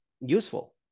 useful